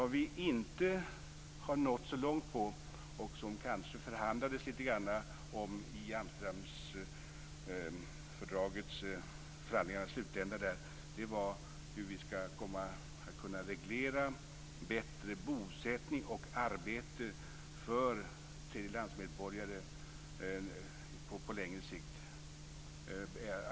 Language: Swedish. Där vi inte har nått så långt - det kanske förhandlades litet grand i Amsterdamförhandlingarnas slutända om detta - är hur vi skall kunna reglera bättre bosättning och arbete för tredjelandsmedborgare på lägre sikt.